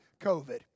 COVID